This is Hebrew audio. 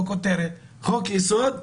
היסוד,